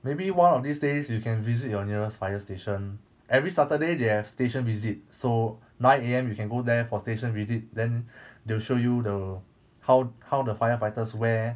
maybe one of these days you can visit your nearest fire station every saturday they have station visit so nine A_M you can go there for station visit then they will show you the how how the firefighters wear